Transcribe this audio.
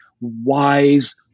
wise